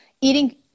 eating